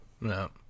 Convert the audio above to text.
no